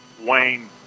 Wayne